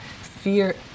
fear